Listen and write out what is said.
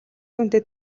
дүнтэй